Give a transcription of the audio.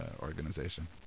organization